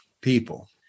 people